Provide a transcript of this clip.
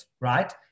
right